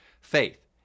faith